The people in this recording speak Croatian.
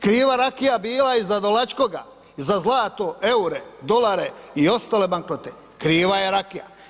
Kriva rakija bila je i za Dolačkoga, za zlato, EUR-e, dolare i ostale banknote, kriva je rakija.